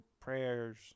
prayers